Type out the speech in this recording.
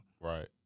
Right